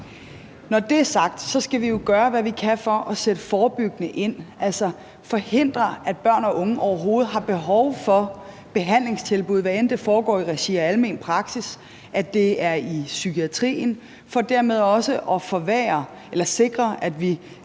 Når det er sagt, skal vi jo gøre, hvad vi kan for at sætte forebyggende ind, altså forhindre, at børn og unge overhovedet har behov for behandlingstilbud, hvad enten det foregår i regi af almen praksis eller i psykiatrien, for dermed også at sikre, at vi